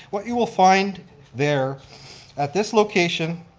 what you will find there at this location,